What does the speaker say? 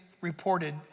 reported